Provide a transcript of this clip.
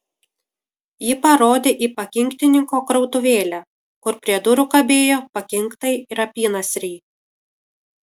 ji parodė į pakinktininko krautuvėlę kur prie durų kabėjo pakinktai ir apynasriai